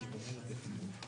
לא שלי ספציפית.